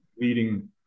leading